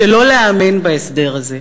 שלא להאמין בהסדר הזה.